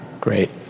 Great